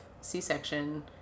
C-section